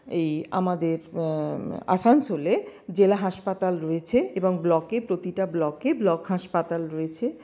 এই আমাদের আসানসোলে জেলা হাসপাতাল রয়েছে এবং ব্লকে প্রতিটা ব্লকে ব্লক হাসপাতাল রয়েছে